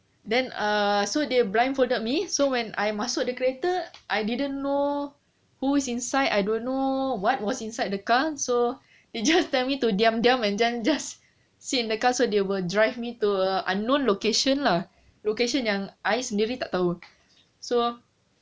then err so they blindfolded me so when I masuk the kereta I didn't know who is inside I don't know what was inside the car so you just tell me diam-diam and then just sit in the car they will drive me to a unknown location lah location yang I sendiri tak tahu so